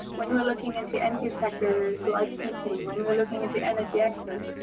when we're looking into energy sectors like heating, when we're looking into energy access,